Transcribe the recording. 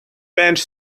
bench